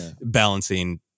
balancing